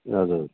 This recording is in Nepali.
हजुर